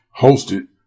hosted